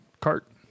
cart